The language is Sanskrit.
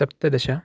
सप्तदश